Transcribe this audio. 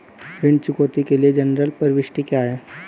ऋण चुकौती के लिए जनरल प्रविष्टि क्या है?